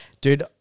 Dude